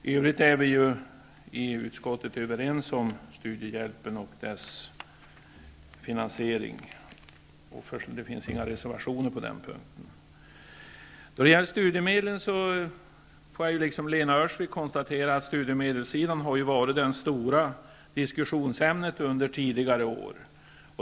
I övrigt är vi ju i utskottet överens om studiehjälpen och dess finansiering. Det finns inga reservationer på den punkten. Beträffande studiemedlen får jag liksom Lena Öhrsvik konstatera att studiemedlen har varit det stora diskussionsämnet under tidigare år.